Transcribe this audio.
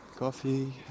Coffee